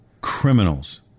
criminals